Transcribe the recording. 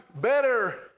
better